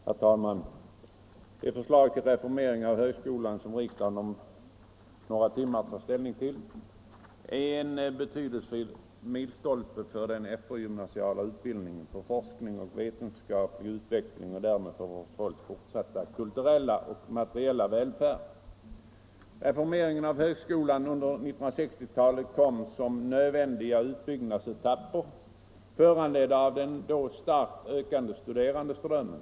Herr talman! Det förslag till reformering av högskolan som riksdagen om några timmar tar ställning till är en betydelsefull milstolpe för den eftergymnasiala utbildningen, för forskning och vetenskaplig utveckling och därmed för vårt folks fortsatta kulturella och materiella välfärd. Reformeringen av högskolan under 1960-talet kom som nödvändiga utbyggnadsetapper, föranledda av den då starkt ökande studerandeströmmen.